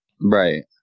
Right